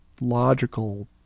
logical